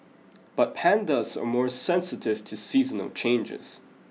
but pandas are more sensitive to seasonal changes